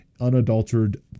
unadulterated